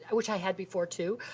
which i had before, too,